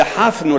דחפנו,